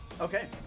okay